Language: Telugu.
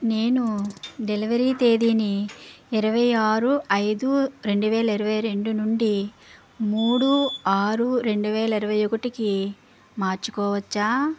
నేను డెలివరీ తేదీని ఇరవై ఆరు ఐదు రెండు వేల ఇరవై రెండు నుండి మూడు ఆరు రెండు వేల ఇరవై ఒకటికి మార్చుకోవచ్చా